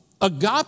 Agape